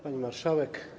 Pani Marszałek!